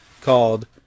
called